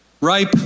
ripe